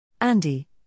Andy